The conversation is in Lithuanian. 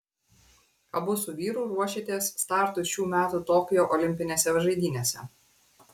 abu su vyru ruošėtės startui šių metų tokijo olimpinėse žaidynėse